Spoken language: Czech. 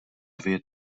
dvě